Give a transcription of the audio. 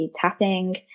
tapping